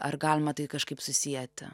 ar galima tai kažkaip susieti